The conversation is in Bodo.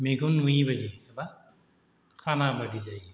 मेगन नुयि बायदि एबा खाना बायदि जायो